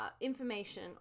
information